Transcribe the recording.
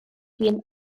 been